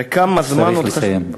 צריך לסיים.